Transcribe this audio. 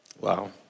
Wow